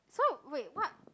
so wait what